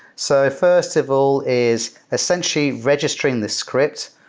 so first of all is essentially registering the script,